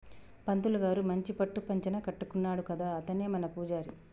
పంతులు గారు మంచి పట్టు పంచన కట్టుకున్నాడు కదా అతనే మన పూజారి